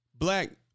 black